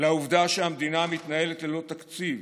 לעובדה שהמדינה מתנהלת ללא תקציב,